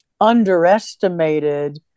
underestimated